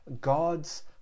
God's